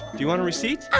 do you want a receipt?